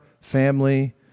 family